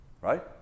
Right